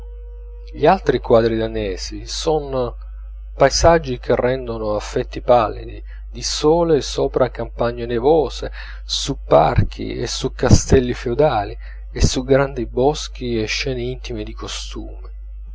gli altri quadri danesi son paesaggi che rendono effetti pallidi di sole sopra campagne nevose su parchi e su castelli feudali e su grandi boschi e scene intime di costumi